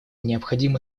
необходимо